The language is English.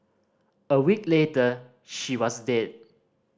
a week later she was dead